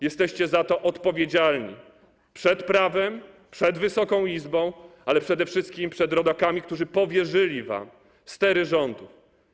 Jesteście za to odpowiedzialni przed prawem, przed Wysoką Izbą, ale przede wszystkim przed rodakami, którzy powierzyli wam stery rządu.